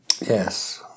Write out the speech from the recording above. Yes